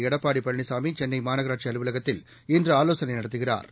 எடப்பாடி பழனிசாமி சென்னை மாநகராட்சி அலுவலகத்தில் இன்று ஆலோசனை நடத்துகிறாா்